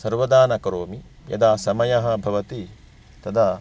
सर्वदा न करोमि यदा समयः भवति तदा